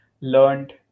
learned